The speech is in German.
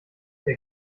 wer